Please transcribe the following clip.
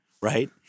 right